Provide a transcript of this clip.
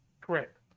Correct